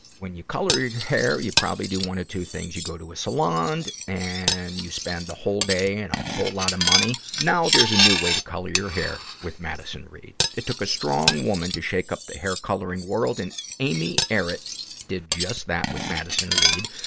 when you color your hair, you probably do one of two things you go to a salon, and you spend the whole day and a whole lot of money. now, there's a new way to color your hair with madison reed. it took a strong woman to shake up the hair coloring world, and amy errett did just that with madison reed,